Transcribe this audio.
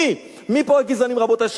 מי כאן הגזענים, רבותי?